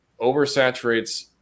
oversaturates